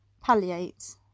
palliate